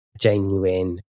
genuine